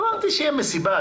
אמרתי: כדי שתהיה מסיבה,